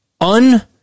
un-